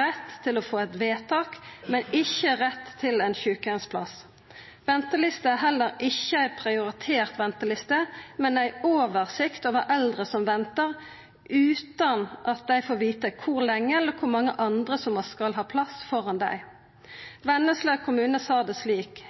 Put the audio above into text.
rett til å få eit vedtak, men ikkje rett til ein sjukeheimsplass. Ventelista er heller ikkje ei prioritert venteliste, ho er ei oversikt over eldre som ventar, utan at dei får vita kor lenge, eller kor mange andre som skal ha plass framfor dei. Vennesla kommune sa det slik